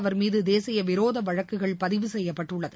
அவர் மீது தேசிய விரோத வழக்குகள் பதிவு செய்யப்பட்டுள்ளது